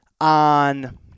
on